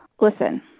Listen